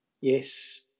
Yes